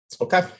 Okay